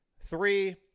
Three